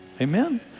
Amen